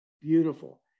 beautiful